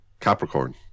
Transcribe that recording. Capricorn